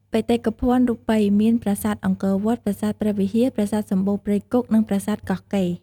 បេតិកភណ្ឌរូបីមាន ប្រាសាទអង្គរវត្ត ប្រាសាទព្រះវិហារ ប្រាសាទសម្បូរព្រៃគុក និងប្រាសាទកោះកេរ្តិ៍។